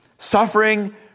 Suffering